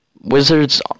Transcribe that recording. Wizards